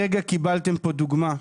הרגע קיבלתם פה דוגמה,